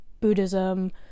Buddhism